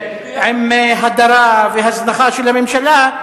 עם הדרה והזנחה של הממשלה,